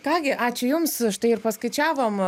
ką gi ačiū jums štai ir paskaičiavom